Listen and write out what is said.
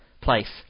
Place